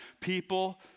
people